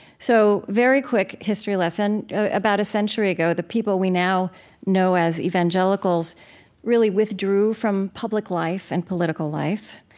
so very quick history lesson about a century ago, the people we now know as evangelicals really withdrew from public life and political life.